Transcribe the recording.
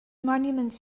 monuments